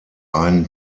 einen